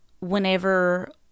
whenever